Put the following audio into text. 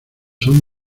son